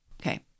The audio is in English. Okay